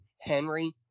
Henry